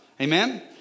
Amen